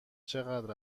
چقدر